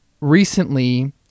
recently